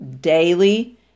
daily